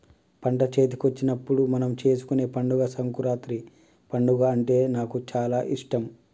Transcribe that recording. పంట చేతికొచ్చినప్పుడు మనం చేసుకునే పండుగ సంకురాత్రి పండుగ అంటే నాకు చాల ఇష్టం